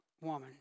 woman